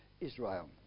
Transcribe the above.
Israel